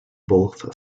both